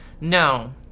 No